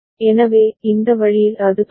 எனவே இந்த வழியில் அது தொடரும்